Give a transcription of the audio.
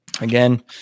Again